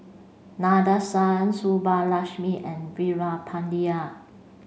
Nadesan Subbulakshmi and Veerapandiya